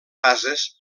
fases